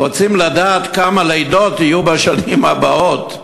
רוצים לדעת כמה לידות יהיו בשנים הבאות.